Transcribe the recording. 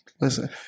Listen